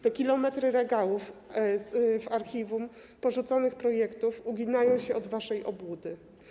Te kilometry regałów w archiwum porzuconych projektów uginają się od waszej obłudy.